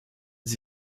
sie